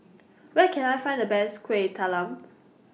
Where Can I Find The Best Kueh Talam